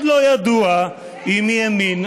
עוד לא ידוע אם ימין,